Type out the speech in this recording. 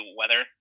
weather